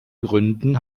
gründen